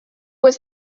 was